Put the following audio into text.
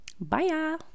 Bye